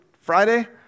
Friday